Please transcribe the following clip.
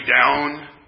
down